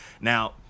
Now